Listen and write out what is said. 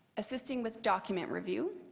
assisting with document review.